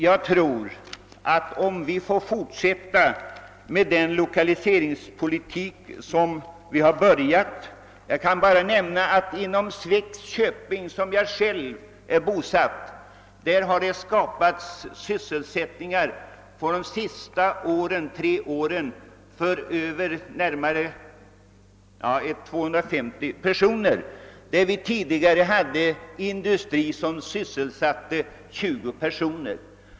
Jag kan bara nämna att det under de senaste tre fyra åren inom Svegs köping, där jag själv är bosatt, har skapats sysselsättning för närmare 250 personer — tidigare hade vi sysselsatt ca 20 personer i industrier.